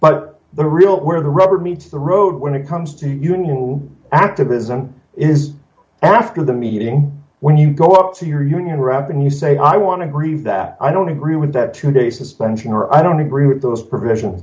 but the real where the rubber meets the road when it comes to union activism is after the meeting when you go up to your union rep and you say i want to grieve that i don't agree with that today suspension or i don't agree with those provision